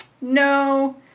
no